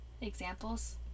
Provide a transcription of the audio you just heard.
examples